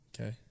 Okay